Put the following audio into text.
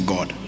God